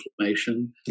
inflammation